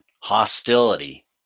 Hostility